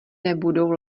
nebudou